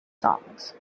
songs